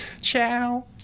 Ciao